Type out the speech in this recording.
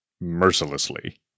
mercilessly